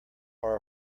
are